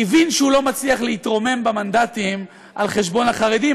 הבין שהוא לא מצליח להתרומם במנדטים על חשבון החרדים,